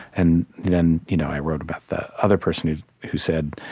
and then you know i wrote about the other person who who said,